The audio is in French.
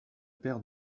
paire